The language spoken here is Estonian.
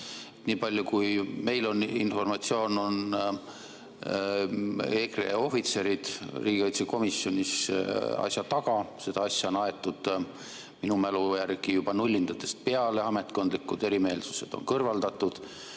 Nii palju kui meil on informatsiooni, on EKRE ohvitserid riigikaitsekomisjonis asja taga. Seda asja on aetud minu mälu järgi juba nullindatest peale, ametkondlikud erimeelsused on kõrvaldatud,